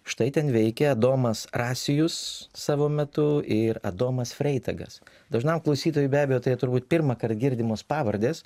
štai ten veikia adomas rasijus savo metu ir adomas freitagas dažnam klausytojui be abejo tai turbūt pirmąkart girdimos pavardės